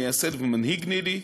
המייסד ומנהיג ניל"י,